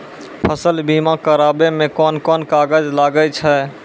फसल बीमा कराबै मे कौन कोन कागज लागै छै?